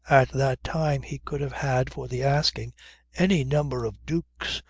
at that time he could have had for the asking any number of dukes,